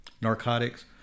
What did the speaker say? narcotics